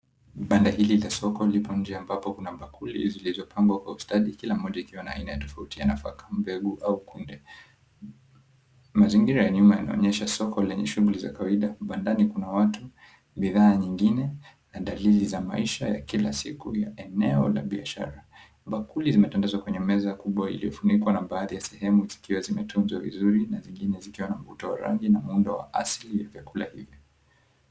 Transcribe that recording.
Banda hili la soko lipo nje ambapo kuna bakuli zilizopangwa kwa ustadi kila moja ikiwa na aina tofauti ya nafaka; mbegu au kunde. Mazingira ya nyuma yanaonyesha soko lenye shughuli za kawaida. Vibandani kuna watu, bidhaa nyingine, na dalili za maisha ya kila siku ya eneo la biashara. Bakuli zimetandazwa kwenye meza kubwa iliyofunikwa na baadhi ya sehemu zikiwa zimetunzwa vizuri na nyingine zikiwa na mvuto wa rangi na muundo wa asili wa vyakula hivyo.